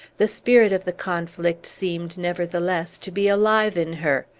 the spirit of the conflict seemed, nevertheless, to be alive in her.